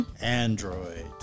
android